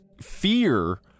fear